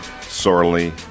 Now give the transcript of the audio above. sorely